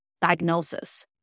diagnosis